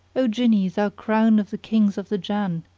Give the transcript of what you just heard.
o jinni, thou crown of the kings of the jann!